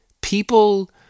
people